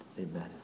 Amen